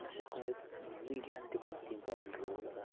أسۍ ہٮ۪کو ؤنِتھ میٖڈیاہَن تہِ کوٚر اَکھ اِمپاٹنٛٹ رول ادا